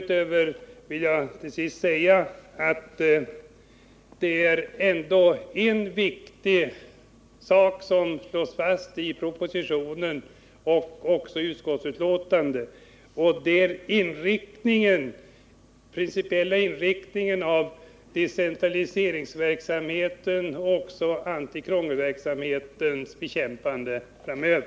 Till sist vill jag säga att det ändå slås fast en viktig sak i propositionen liksom också i utskottsbetänkandet, nämligen hur den principiella inriktningen i framtiden av decentraliseringsverksamheten och antikrångelverksamheten främjas.